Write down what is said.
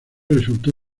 resultó